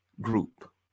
group